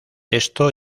esto